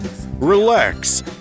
Relax